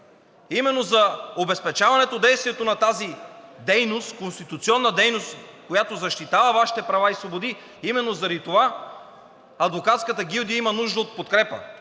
именно за обезпечаване действието на тази конституционна дейност, която защитава Вашите права и свободи, именно заради това адвокатската гилдия има нужда от подкрепа,